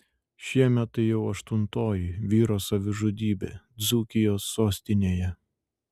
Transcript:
šiemet tai jau aštuntoji vyro savižudybė dzūkijos sostinėje